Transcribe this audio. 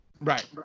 Right